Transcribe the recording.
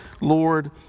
Lord